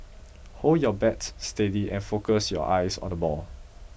hold your bat steady and focus your eyes on the ball